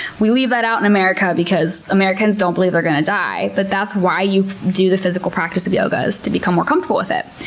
we leave that out in america because americans don't believe they're going to die. but that's why you do the physical practice of yoga, is to become more comfortable with it.